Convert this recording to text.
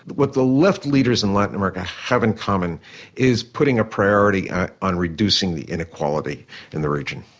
what the left leaders in latin america have in common is putting a priority on reducing the inequality in the region.